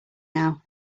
now